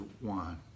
one